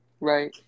Right